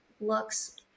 looks